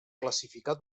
classificar